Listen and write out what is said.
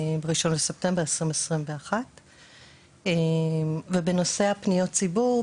ב-1 בספטמבר 2021. בנושא פניות הציבור,